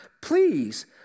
please